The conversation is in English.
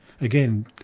Again